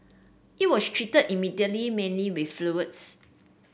it was treated immediately mainly with fluids